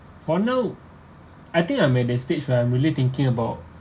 for now I think I'm at the stage where I'm really thinking about